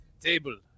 Table